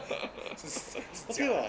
是 s~ 是假的